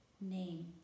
name